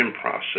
process